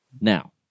Now